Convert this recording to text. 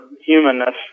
humanness